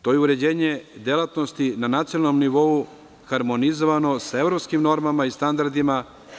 To je uređenje delatnosti na nacionalnom nivou, harmonizovano se evropskim normama i standardima.